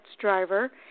driver